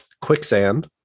Quicksand